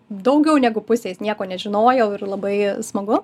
daugiau negu pusės nieko nežinojau ir labai smagu